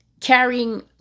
carrying